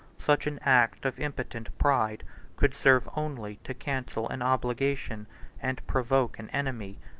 such an act of impotent pride could serve only to cancel an obligation and provoke an enemy.